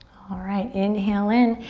alright, inhale in.